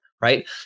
right